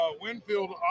Winfield